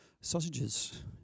sausages